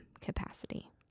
capacity